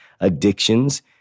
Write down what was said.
addictions